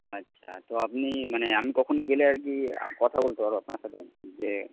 আচ্ছা তো আপনি মানে আমি কখন গেলে আর কি কথা বলতে পারব আপনার সাথে যে